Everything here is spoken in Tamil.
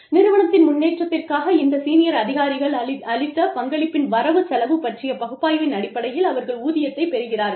நிறுவனத்தின் முன்னேற்றத்திற்காக இந்த சீனியர் அதிகாரிகள் அளித்த பங்களிப்பின் வரவு செலவு பற்றிய பகுப்பாய்வின் அடிப்படையில் அவர்கள் ஊதியத்தைப் பெறுகிறார்கள்